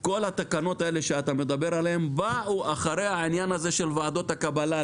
כל התקנות האלה שאתה מדבר עליהן באו אחרי העניין הזה של ועדות הקבלה.